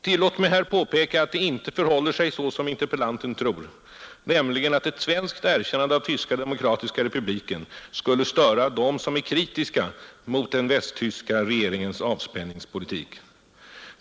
Tillåt mig här påpeka att det inte förhåller sig så som interpellanten tror, nämligen att ett svenskt erkännande av Tyska demokratiska republiken skulle störa dem som är kritiska mot den västtyska regeringens avspänningspolitik.